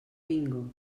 bingo